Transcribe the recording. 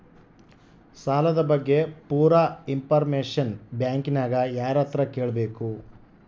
ಸಾಲದ ಬಗ್ಗೆ ಪೂರ ಇಂಫಾರ್ಮೇಷನ ಬ್ಯಾಂಕಿನ್ಯಾಗ ಯಾರತ್ರ ಕೇಳಬೇಕು?